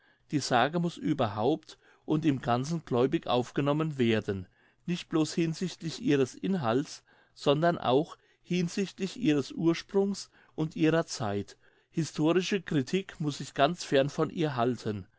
die sage muß überhaupt und im ganzen gläubig aufgenommen werden nicht blos hinsichtlich ihres inhalts sondern auch hinsichtlich ihres ursprungs und ihrer zeit historische critik muß sich ganz fern von ihr halten